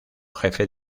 jefe